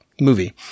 movie